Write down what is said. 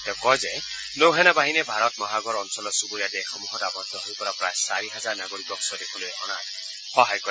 তেওঁ কয় যে নৌসেনা বাহিনীয়ে ভাৰত মহাসাগৰ অঞ্চলৰ চূবুৰীয়া দেশত আৱদ্ধ হৈ পৰা প্ৰায় চাৰি হাজাৰ নাগৰিকক স্বদেশলৈ অনাত সহায় কৰে